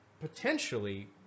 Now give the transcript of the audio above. potentially